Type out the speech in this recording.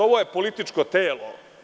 Ovo je političko telo.